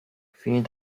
vielen